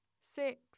six